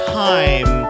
time